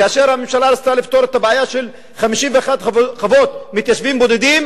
כאשר הממשלה רצתה לפתור את הבעיה של 51 חוות מתיישבים בודדים,